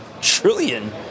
trillion